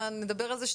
נדבר על זה,